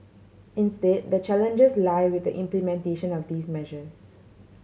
instead the challenges lie with the implementation of these measures